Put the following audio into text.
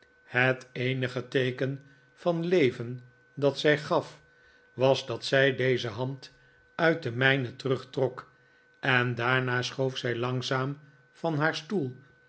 het eenige teeken van leven dat zij gaf was dat zij deze hand uit de mijne terugtrok en daarna schoof zij langzaam van haar stoel